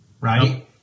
right